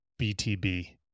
BTB